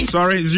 Sorry